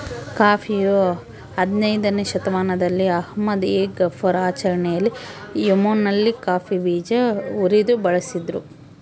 ಕಾಫಿಯು ಹದಿನಯ್ದನೇ ಶತಮಾನದಲ್ಲಿ ಅಹ್ಮದ್ ಎ ಗಫರ್ ಆಚರಣೆಯಲ್ಲಿ ಯೆಮೆನ್ನಲ್ಲಿ ಕಾಫಿ ಬೀಜ ಉರಿದು ಬಳಸಿದ್ರು